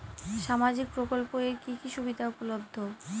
সামাজিক প্রকল্প এর কি কি সুবিধা উপলব্ধ?